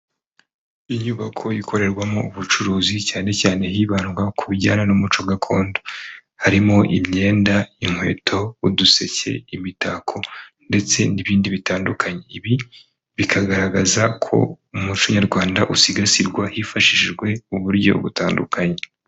Inyubako ikorerwamo ubucuruzi cyane cyane hibandwa ku bijyanye n'umuco gakondo. Harimo imyenda, inkweto, uduseke, imitako ndetse n'ibindi bitandukanye, ibi bikagaragaza ko umuco nyarwanda usigasirwa hifashishijwe uburyo butandukanye.